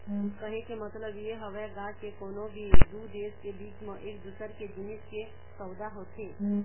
कहे के मतलब ये हवय गा के कोनो भी दू देश के बीच म एक दूसर के जिनिस के सउदा होथे